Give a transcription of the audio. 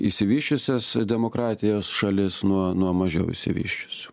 išsivysčiusias demokratijos šalis nuo nuo mažiau išsivysčiusių